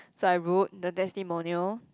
so I wrote the testimonial